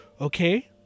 okay